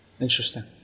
interesting